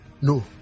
No